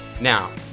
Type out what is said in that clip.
Now